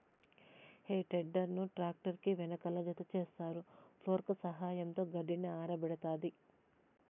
హే tedder ను tractor కి వెనకాల జతచేస్తారు, ఫోర్క్ల సహాయంతో గడ్డిని ఆరబెడతాది